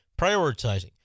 prioritizing